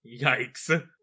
Yikes